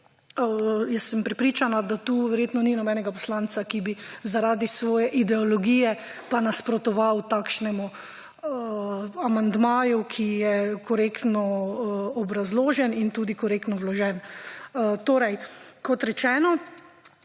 Jaz sem prepričana, da tu verjetno ni nobenega poslanca, ki bi zaradi svoje ideologije nasprotoval takšnemu amandmaju, ki je korektno obrazložen in tudi korektno vložen. Torej,